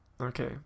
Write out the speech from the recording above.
okay